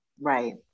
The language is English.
Right